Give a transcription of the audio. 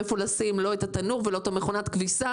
איפה לשים לא את התנור ולא את מכונת הכביסה,